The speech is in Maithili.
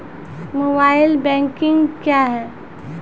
मोबाइल बैंकिंग क्या हैं?